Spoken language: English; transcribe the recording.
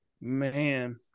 Man